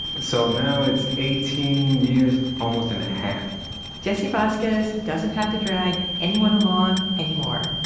so now it's eighteen years, almost and a half jesse vasquez doesn't have to drag anyone along anymore.